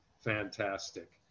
fantastic